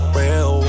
real